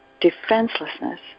defenselessness